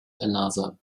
another